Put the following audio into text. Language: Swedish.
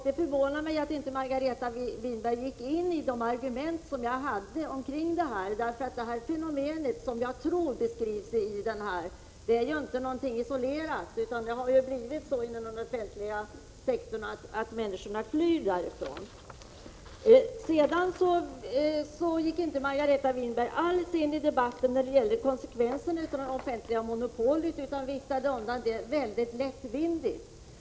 Det förvånar mig att Margareta Winberg inte gick in på de argument som jag framförde i det här sammanhanget. Det fenomen som jag tror beskrivs här är ju inte någon isolerad företeelse, utan det har ju blivit så, att människorna flyr den offentliga sektorn. Margareta Winberg gick inte alls in på debatten om konsekvenserna av det offentliga monopolet. I stället viftade hon undan de argumenten mycket lättvindigt.